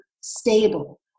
stable